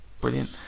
brilliant